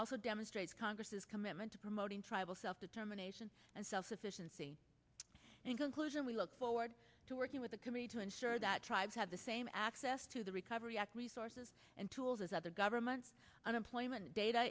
also demonstrates congress's commitment to promoting tribal self determination and self sufficiency in conclusion we look forward to working with the committee to ensure that tribes have the same access to the recovery act resources and tools as other governments unemployment data